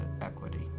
equity